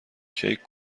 کیک